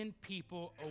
People